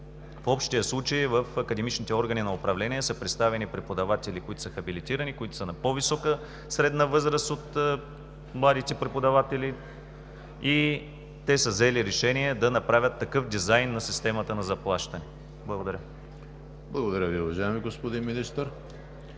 в общия случай в академичните органи на управление са представени преподаватели, които са хабилитирани, които са на по-висока средна възраст от младите преподаватели, и те са взели решение да направят такъв дизайн на системата на заплащане. Благодаря. ПРЕДСЕДАТЕЛ ЕМИЛ ХРИСТОВ: Благодаря Ви, уважаеми господин Министър.